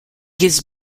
gives